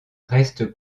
restent